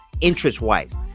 Interest-wise